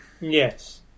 Yes